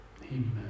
Amen